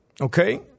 Okay